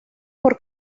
por